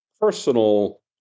personal